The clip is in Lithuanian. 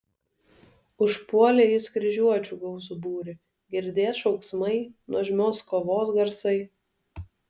užpuolė jis kryžiuočių gausų būrį girdėt šauksmai nuožmios kovos garsai